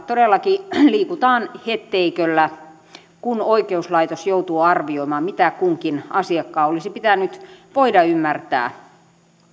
todellakin liikutaan hetteiköllä kun oikeuslaitos joutuu arvioimaan mitä kunkin asiakkaan olisi pitänyt voida ymmärtää